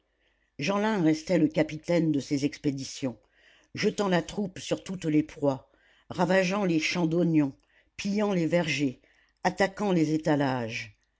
jeanlin restait le capitaine de ces expéditions jetant la troupe sur toutes les proies ravageant les champs d'oignons pillant les vergers attaquant les étalages